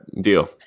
deal